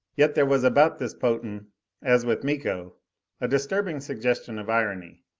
yet there was about this potan as with miko a disturbing suggestion of irony.